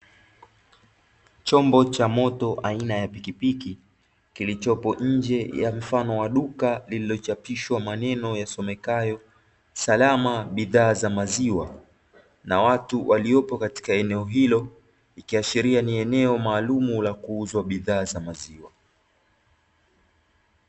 Chombo cha moto aina ya pikipiki kilichopo nje ya mfano wa duka, lililochapishwa maneno yasomekayo salama bidhaa za maziwa, na watu waliopo katika eneo hilo ikiashiria ni eneo maalumu la kuuza bidhaa za maziwa.